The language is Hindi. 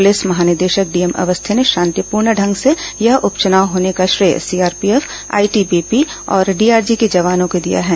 पुलिस महानिदेशक डीएम अवस्थी ने शांतिपूर्ण ढंग से यह उप चुनाव होने का श्रेय सीआरपीएफ आईटीबीपी और डीआरजी के जवानों को दिया है